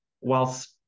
whilst